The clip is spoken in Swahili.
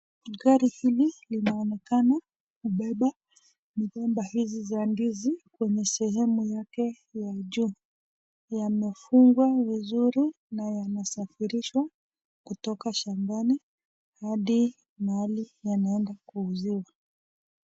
Gari hili linaonekana kubeba mgomba hizi za ndizi, kwenye sehemu yake ya juu. Yamefungwa vizuri na yanasafirishwa kutoka shambani hadi mahali yanaenda kuziwa.